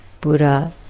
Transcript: Buddha